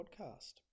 podcast